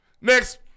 Next